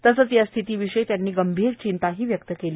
तसंच या स्थितीविषयी त्यांनी गंभीर चिंताही व्यक्त केली